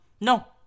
no